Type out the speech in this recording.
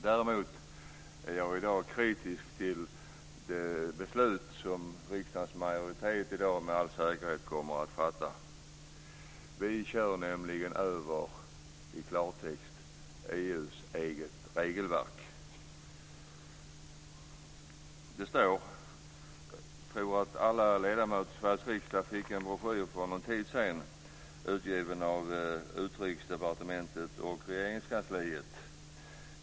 Däremot är jag kritisk till det beslut som riksdagens majoritet i dag med all säkerhet kommer att fatta. I klartext kör vi nämligen över EU:s eget regelverk. Jag tror att alla ledamöter i Sveriges riksdag för någon tid sedan fick en broschyr, utgiven av Utrikesdepartementet och Regeringskansliet.